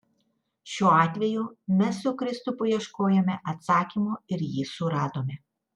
šiuo atveju mes su kristupu ieškojome atsakymo ir jį suradome